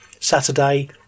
Saturday